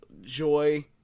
joy